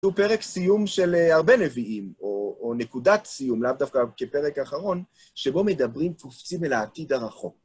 זהו פרק סיום של הרבה נביאים, או נקודת סיום, לאו דווקא כפרק אחרון, שבו מדברים תופסים אל העתיד הרחוב.